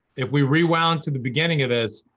if we rewound to the beginning of this,